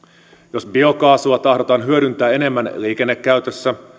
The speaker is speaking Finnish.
jos biokaasua tahdotaan hyödyntää enemmän liikennekäytössä